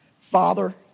Father